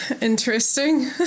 interesting